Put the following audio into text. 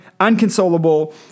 unconsolable